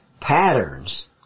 patterns